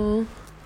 mm